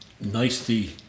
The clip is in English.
nicely